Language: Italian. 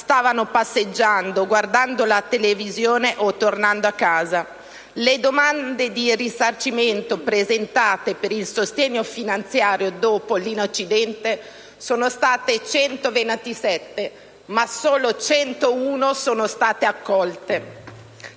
stavano passeggiando, guardando la televisione o tornando a casa. Le domande di risarcimento presentate per il sostegno finanziario dopo l'incidente sono state 127, ma solo 101 sono state accolte.